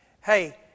Hey